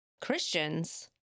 Christians